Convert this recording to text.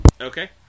Okay